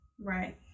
Right